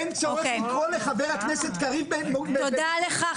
אין צורך לקרוא לחבר הכנסת קריב בביטויים --- תודה לך,